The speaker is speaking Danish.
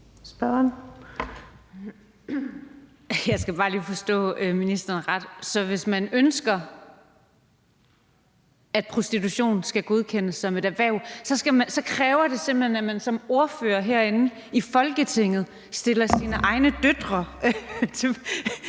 Jeg skal bare lige høre, om jeg forstår ministeren ret. Hvis man ønsker, at prostitution skal godkendes som et erhverv, så kræver det altså simpelt hen, at man som ordfører herinde i Folketinget stiller sine egne døtre til